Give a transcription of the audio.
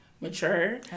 mature